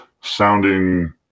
sounding